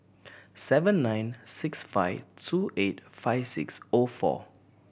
seven nine six five two eight five six O four